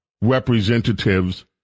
representatives